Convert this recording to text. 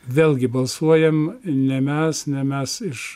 vėlgi balsuojam ne mes ne mes iš